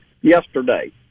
yesterday